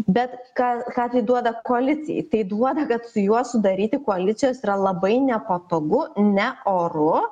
bet ką ką tai duoda koalicijai tai duoda kad su juo sudaryti koalicijos yra labai nepatogu ne oru